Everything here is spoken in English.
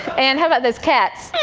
and how about those cats?